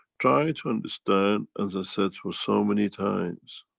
try to understand as i said for so many times.